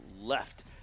left